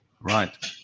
Right